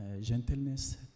gentleness